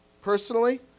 personally